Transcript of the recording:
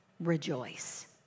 rejoice